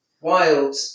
wild